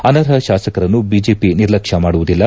ಅನರ್ಹ ಶಾಸಕರನ್ನು ಬಿಜೆಪಿ ನಿರ್ಲಕ್ಷ್ಮ ಮಾಡುವುದಿಲ್ಲ